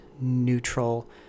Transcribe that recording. neutral